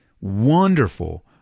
wonderful